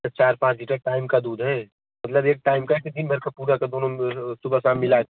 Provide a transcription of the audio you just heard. तो चार पाँच लीटर टाइम का दूध है मतलब एक टाइम का कि दिन भर का पूरा का दोनों म सुबह शाम मिला